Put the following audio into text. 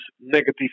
negative